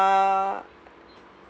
uh